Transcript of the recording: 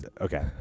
okay